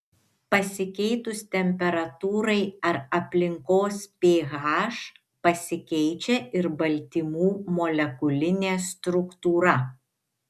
pasikeitus temperatūrai ar aplinkos ph pasikeičia ir baltymų molekulinė struktūra